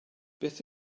beth